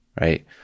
right